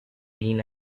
green